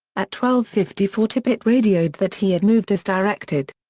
at twelve fifty four tippit radioed that he had moved as directed.